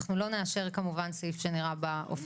אנחנו לא נאשר כמובן סעיף שנראה באופן הזה.